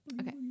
Okay